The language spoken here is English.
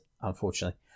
unfortunately